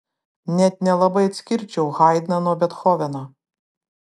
net nelabai atskirčiau haidną nuo bethoveno